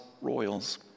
royals